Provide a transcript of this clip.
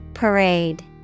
Parade